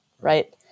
right